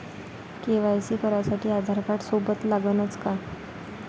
KYC करासाठी आधारकार्ड सोबत लागनच का?